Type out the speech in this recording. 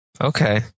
okay